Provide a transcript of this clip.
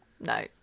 no